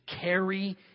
carry